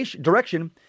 direction